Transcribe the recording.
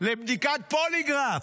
בדיקת פוליגרף,